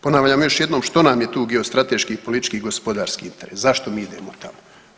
Ponavljam još jednom, što nam je tu geostrateški, politički, gospodarski interes, zašto mi idemo tamo.